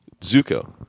Zuko